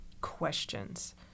questions